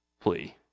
plea